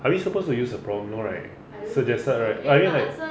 are we suppose to use a problem no right suggested right I mean like